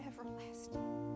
Everlasting